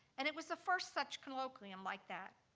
and it was the first such colloquium like that.